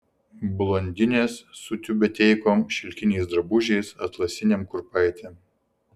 blondinės su tiubeteikom šilkiniais drabužiais atlasinėm kurpaitėm